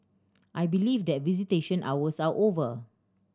I believe that visitation hours are over